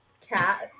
cat